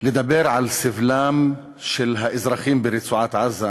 לדבר על סבלם של האזרחים ברצועת-עזה,